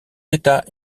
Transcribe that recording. états